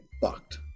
fucked